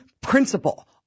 principle